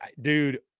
dude